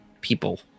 people